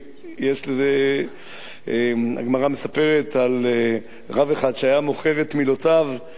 הגמרא מספרת על רב אחד שהיה מוכר את מילותיו בדינרים,